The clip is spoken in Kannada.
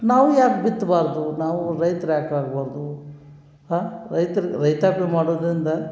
ನಾವು ಯಾಕೆ ಬಿತ್ಬಾರ್ದು ನಾವು ರೈತ್ರು ಯಾಕೆ ಆಗಬಾರ್ದು ರೈತ್ರು ರೈತಾಪಿ ಮಾಡೋದ್ರಿಂದ